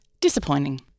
disappointing